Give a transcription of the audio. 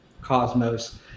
Cosmos